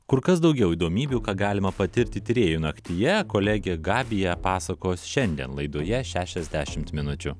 kur kas daugiau įdomybių ką galima patirti tyrėjų naktyje kolegė gabija pasakos šiandien laidoje šešiasdešimt minučių